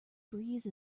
breeze